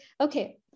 Okay